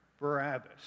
Barabbas